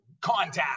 contact